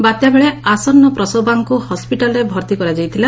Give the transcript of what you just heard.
ବାତ୍ୟା ବେଳେ ଆସନ ପ୍ରସବାଙ୍କ ହସ୍ବିଟାଲ୍ରେ ଭର୍ତି କରାଯାଇଥିଲା